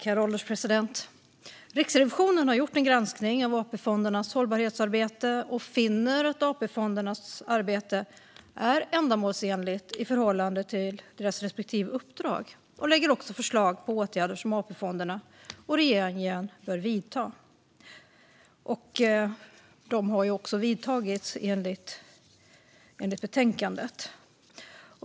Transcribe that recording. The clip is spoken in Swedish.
Herr ålderspresident! Riksrevisionen har gjort en granskning av AP-fondernas hållbarhetsarbete och finner att AP-fondernas arbete är ändamålsenligt i förhållande till deras respektive uppdrag. Riksrevisionen lägger också fram förslag på åtgärder som AP-fonderna och regeringen bör vidta. De har, enligt betänkandet, också vidtagits.